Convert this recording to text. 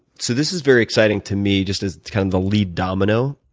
so this is very exciting to me just as kind of a lead domino,